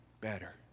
better